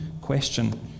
question